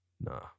Nah